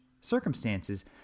circumstances